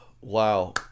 Wow